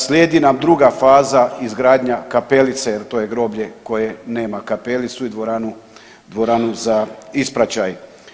Slijedi nam druga faza, izgradnja kapelice jer to je groblje koje nema kapelicu i dvoranu, dvoranu za ispraćaj.